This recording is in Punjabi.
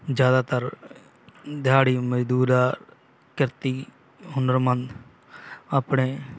ਜ਼ਿਆਦਾਤਰ ਦਿਹਾੜੀ ਮਜ਼ਦੂਰਾਂ ਕਿਰਤੀ ਹੁਨਰਮੰਦ ਆਪਣੇ